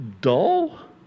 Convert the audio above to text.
dull